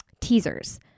teasers